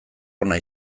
ona